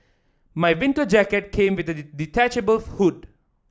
my winter jacket came with detachable hood